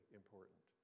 important